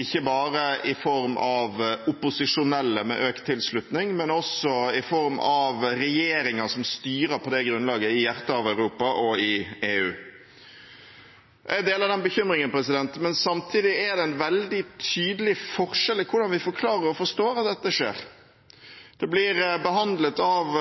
ikke bare i form av opposisjonelle med økt tilslutning, men også i form av regjeringer som styrer på det grunnlaget i hjertet av Europa og i EU. Jeg deler den bekymringen, men samtidig er det en veldig tydelig forskjell i hvordan vi forklarer og forstår at dette skjer. Det blir behandlet av